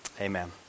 Amen